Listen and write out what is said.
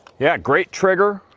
yeah, great trigger.